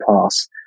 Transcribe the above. pass